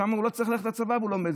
שם הוא לא צריך ללכת לצבא והוא לומד.